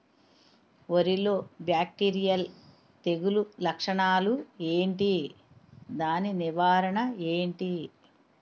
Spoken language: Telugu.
వరి లో బ్యాక్టీరియల్ తెగులు లక్షణాలు ఏంటి? దాని నివారణ ఏంటి?